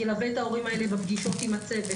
שילווה את ההורים האלה בפגישות עם הצוות,